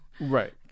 Right